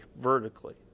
vertically